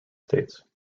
states